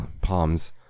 palms